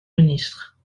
ministre